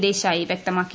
ദേശായി വൃക്തമാക്കി